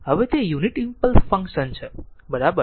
હવે તે unit impulse function છે બરાબર